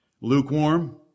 Lukewarm